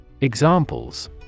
Examples